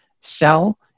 sell